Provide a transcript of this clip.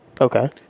Okay